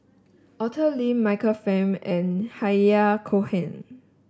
Arthur Lim Michael Fam and Han Yahya Cohen